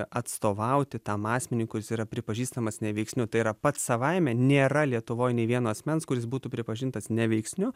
atstovauti tam asmeniui kuris yra pripažįstamas neveiksniu tai yra pats savaime nėra lietuvoj nei vieno asmens kuris būtų pripažintas neveiksniu